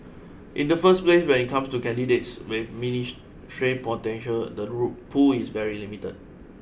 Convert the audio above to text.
in the first place when it comes to candidates with ministerial potential the rule pool is very limited